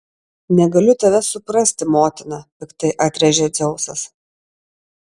negaliu tavęs suprasti motina piktai atrėžė dzeusas